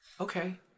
okay